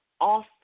off